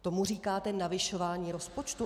Tomu říkáte navyšování rozpočtu?